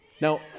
Now